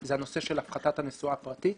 זה הנושא של הפחתת הנסועה הפרטית.